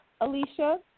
Alicia